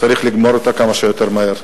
צריך לגמור אותה כמה שיותר מהר.